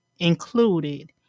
included